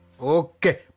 okay